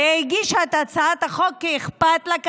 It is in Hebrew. הרי היא הגישה את הצעת החוק כי אכפת לה,